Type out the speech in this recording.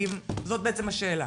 זאת בעצם השאלה.